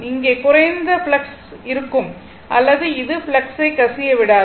அங்கே குறைந்த ஃப்ளக்ஸ் இருக்கும் அல்லது அது ஃப்ளக்ஸை கசிய விடாது